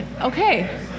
okay